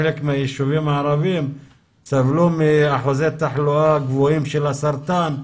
חלק מהיישובים הערביים סבלו מאחוזי תחלואה גבוהים של סרטן,